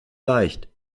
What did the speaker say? leicht